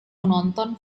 menonton